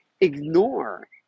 ignore